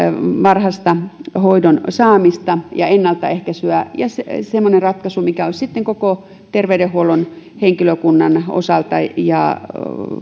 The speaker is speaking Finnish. varhaista hoidon saamista ja ennaltaehkäisyä ja että ratkaisu on semmoinen mikä olisi sitten koko terveydenhuollon henkilökunnan osalta ja